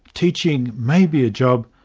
teaching may be a job,